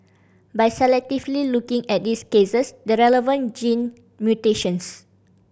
by selectively looking at these cases the relevant gene mutations